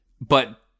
but-